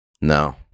No